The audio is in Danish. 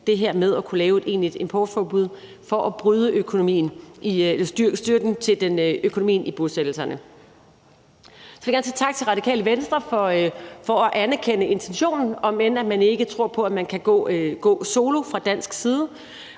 det her med at kunne lave et egentligt importforbud for at bryde styrken i økonomien i bosættelserne. Så vil jeg gerne sige tak til Radikale Venstre for at anerkende intentionen, om end man ikke tror på, at vi kan gå solo fra dansk side.